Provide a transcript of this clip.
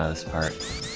ah its perks